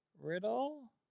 Riddle